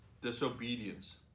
disobedience